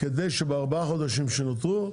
כדי שבארבעה החודשים שנותרו,